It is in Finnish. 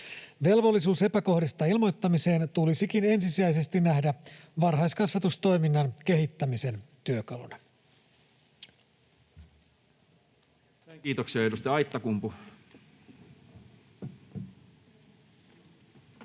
Velvollisuus epäkohdista ilmoittamiseen tulisikin ensisijaisesti nähdä varhaiskasvatustoiminnan kehittämisen työkaluna. Kiitoksia. — Edustaja Aittakumpu.